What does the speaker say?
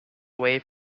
away